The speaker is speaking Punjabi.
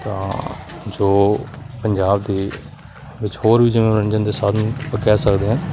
ਤਾਂ ਜੋ ਪੰਜਾਬ ਦੇ ਵਿੱਚ ਹੋਰ ਵੀ ਜਿਵੇਂ ਮਨੋਰੰਜਨ ਦੇ ਸਾਧਨ ਆਪਾਂ ਕਹਿ ਸਕਦੇ ਹਾਂ